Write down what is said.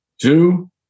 two